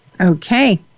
Okay